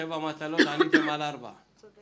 שבע מטלות עניתם על ארבע היום.